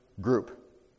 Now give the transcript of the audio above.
group